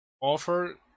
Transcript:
offer